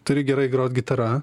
turi gerai grot gitara